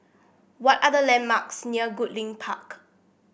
what are the landmarks near Goodlink Park